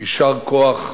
יישר כוח.